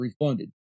refunded